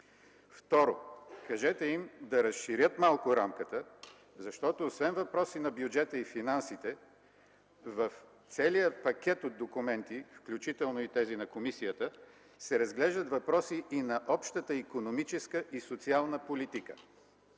Второ, кажете им да разширят малко рамката, защото освен въпроси на бюджета и финансите, в целия пакет от документи, включително и тези на Комисията, се разглеждат въпроси и на Общата икономическа и социална политика